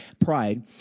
pride